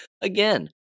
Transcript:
Again